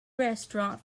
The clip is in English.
restaurant